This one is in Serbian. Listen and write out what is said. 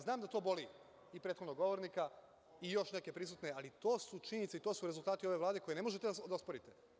Znam da to boli i prethodnog govornika i još neke prisutne, ali to su činjenice i to su rezultati ove Vlade koje ne možete da osporite.